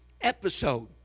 episode